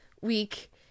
week